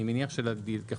אני מניח שככל